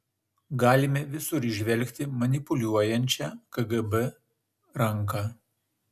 galime visur įžvelgti manipuliuojančią kgb ranką